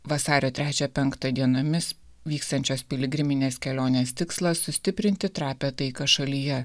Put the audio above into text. vasario trečią penktą dienomis vykstančios piligriminės kelionės tikslas sustiprinti trapią taiką šalyje